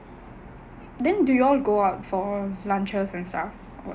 then do you all go out for lunches and stuff